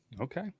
Okay